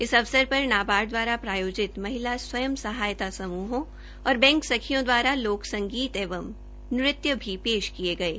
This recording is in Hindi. इस अवसर पर नाबार्ड द्वारा प्रायोजित महिला स्वयं सहायता समूहों और बैंक सखियों द्वारा लोक लोक संगीत एवं नृत्य भी पेश किये गये